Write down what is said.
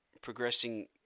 progressing